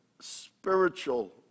spiritual